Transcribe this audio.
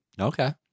Okay